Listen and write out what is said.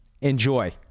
Enjoy